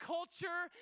Culture